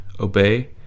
obey